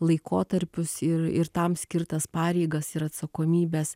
laikotarpius ir ir tam skirtas pareigas ir atsakomybes